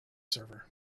server